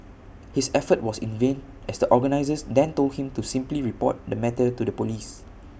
his effort was in vain as the organisers then told him to simply report the matter to the Police